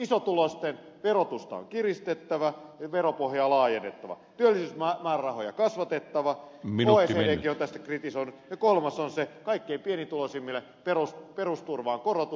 isotuloisten verotusta on kiristettävä ja veropohjaa laajennettava työllisyysmäärärahoja kasvatettava oecdkin on tästä kritisoinut ja kolmas on kaikkein pienituloisimmille perusturvaan korotus